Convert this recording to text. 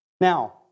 Now